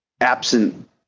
absent